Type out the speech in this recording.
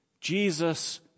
Jesus